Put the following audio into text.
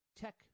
tech